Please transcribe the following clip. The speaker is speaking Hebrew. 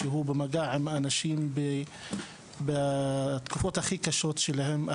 שהוא במגע עם אנשים בתקופות הכי קשות שלהם,